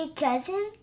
cousin